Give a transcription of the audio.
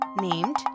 named